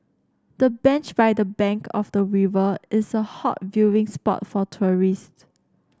the bench by the bank of the river is a hot viewing spot for tourist